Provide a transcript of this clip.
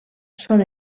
són